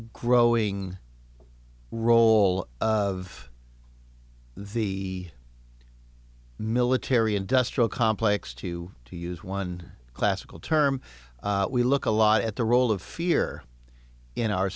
growing role of the military industrial complex to to use one classical term we look a lot at the role of fear in our